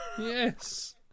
Yes